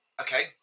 okay